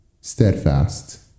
Steadfast